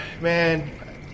man